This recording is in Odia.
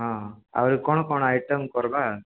ହଁ ଆହୁରି କ'ଣ କ'ଣ ଆଇଟମ୍ କରିବା